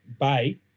bay